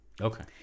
Okay